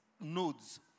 nodes